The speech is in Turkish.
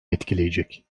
etkileyecek